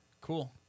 Cool